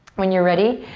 when you're ready,